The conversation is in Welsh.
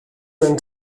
mewn